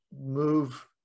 move